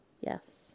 yes